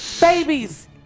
Babies